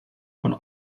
von